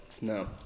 No